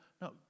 No